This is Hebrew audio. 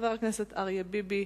חבר הכנסת אריה ביבי,